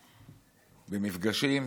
במפגשים,